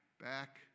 back